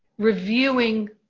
Reviewing